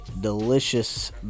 delicious